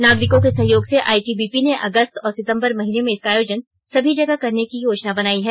नागरिकों के सहयोग से आई टी बी पी ने अगस्त और सितम्बर महीने में इसका आयोजन सभी जगह करने की योजना बनाई है